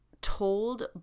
told